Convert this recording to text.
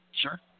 Sure